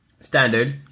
Standard